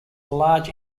large